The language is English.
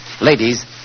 Ladies